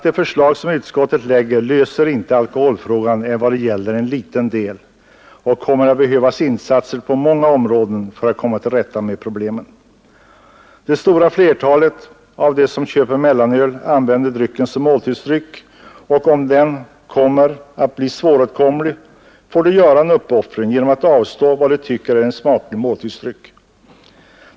Det förslag som utskottet lägger fram löser inte alkoholfrågan mer än till en del. Det kommer att behövas insatser på många områden för att vi skall komma till rätta med problemen. Det stora flertalet av dem som köper mellanöl använder det som måltidsdryck, och om det blir svåråtkomligt får de göra en uppoffring genom att avstå från vad de tycker är en smaklig måltidsdryck.